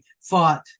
fought